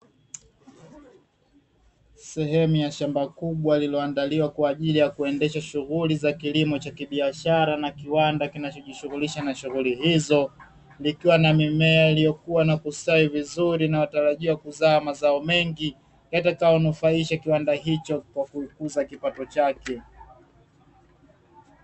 Sehemu ya shamba kubwa lililoandaliwa kwa ajili ya kuendesha shughuli za kilimo cha kibiashara na kiwanda kinachojishughulisha na shughuli hizo. Likiwa na mimea iliyokua na kustawi vizuri, inayotarajia kuzaa mazao mengi yatakayonufahisha kiwanda hicho kwa kukuza kipato chake.